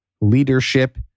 leadership